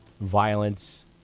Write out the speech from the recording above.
violence